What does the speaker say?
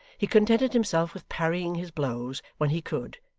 he contented himself with parrying his blows when he could,